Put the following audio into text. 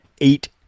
eight